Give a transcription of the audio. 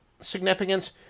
significance